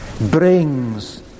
brings